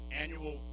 annual